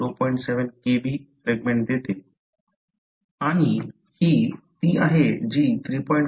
7 Kb fragment देते आणि ही ती आहे जी 3